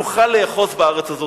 יוכל לאחוז בארץ הזאת.